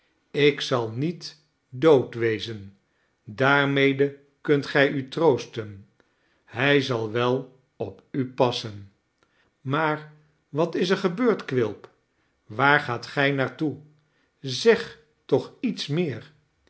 ik zal niet dood wezen daarmede kunt gij u troosten hij zal wel op u passen maar wat is er gebeurd quilp waar gaat gij naar toe zeg toch iets meer